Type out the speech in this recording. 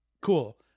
cool